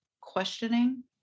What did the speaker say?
questioning